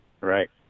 Right